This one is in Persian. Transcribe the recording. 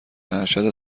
ارشد